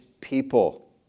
people